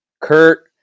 Kurt